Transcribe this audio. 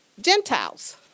Gentiles